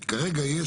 כרגע,